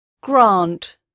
Grant